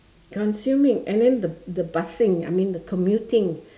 consuming and then the the bussing I mean the commuting